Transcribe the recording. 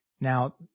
Now